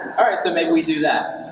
alright, so maybe we do that.